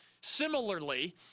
Similarly